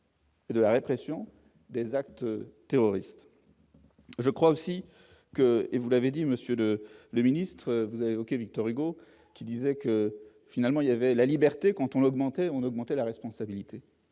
Et de la répression des actes terroristes, je crois aussi que et vous l'avez dit, Monsieur le le ministre, vous avez évoqué Victor Hugo qui disait que finalement il y avait la liberté compte on augmenté on augmentait la responsabilité,